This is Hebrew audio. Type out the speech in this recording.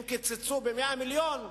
אם קיצצו ב-100 מיליון,